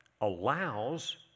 allows